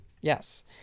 Yes